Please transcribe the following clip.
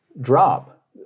drop